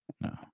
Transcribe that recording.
no